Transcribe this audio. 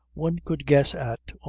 one could guess at,